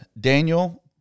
Daniel